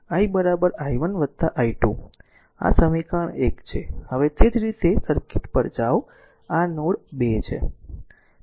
i i1 i2 આ સમીકરણ 1 છે હવે તે જ રીતે સર્કિટ પર જાઓ આ r નોડ 2 છે